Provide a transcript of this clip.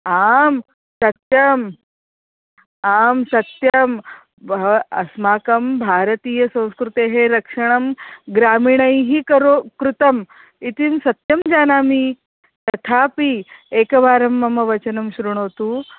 आं सत्यम् आं सत्यं भा अस्माकं भारतीयसंस्कृतेः रक्षणं ग्रामीणैः करो कृतम् इति सत्यं जानामि तथापि एकवारं मम वचनं श्रुणोतु